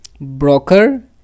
broker